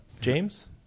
James